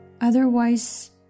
Otherwise